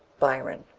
byron.